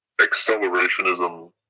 accelerationism